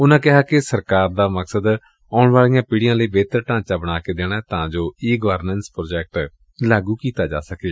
ਉਨਾਂ ਕਿਹਾ ਕਿ ਸਰਕਾਰ ਦਾ ਮਕਸਦ ਆਉਣ ਵਾਲੀਆਂ ਪੀੜੀਆਂ ਲਈ ਬਿਹਤਰ ਢਾਂਚਾ ਬਣਾ ਕੇ ਦੇਣਾ ਏ ਤਾਂ ਜੋ ਈ ਗਵਰਨੈਂਸ ਪ੍ਰਾਜੈਕਟ ਲਾਗੁ ਕੀਤਾ ਜਾ ਸਕੇ